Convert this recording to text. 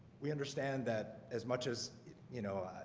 we understand that as much as you know